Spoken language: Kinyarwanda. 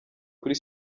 kuri